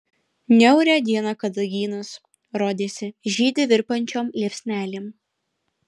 niaurią dieną kadagynas rodėsi žydi virpančiom liepsnelėm